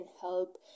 help